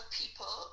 people